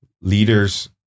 leaders